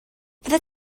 fyddet